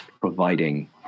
providing